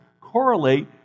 correlate